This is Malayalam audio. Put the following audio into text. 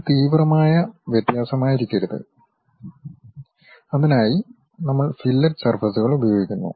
ഇത് തീവ്രമായ വ്യത്യാസമായിരിക്കരുത് അതിനായി നമ്മൾ ഫില്ലറ്റ് സർഫസ്കൾ ഉപയോഗിക്കുന്നു